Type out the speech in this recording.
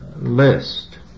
list